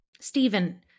Stephen